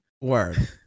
Word